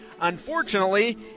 unfortunately